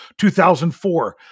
2004